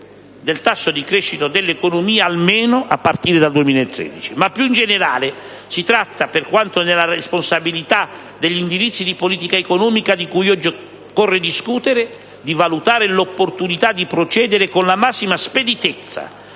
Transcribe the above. del tasso di crescita dell'economia, almeno a partire dal 2013. Ma, più in generale, si tratta, per quanto nella responsabilità degli indirizzi di politica economica di cui occorre oggi discutere, di valutare l'opportunità di procedere con la massima speditezza